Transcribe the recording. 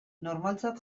normaltzat